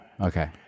Okay